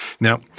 Now